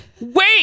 Wait